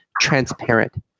transparent